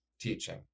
teaching